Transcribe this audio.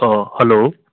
hello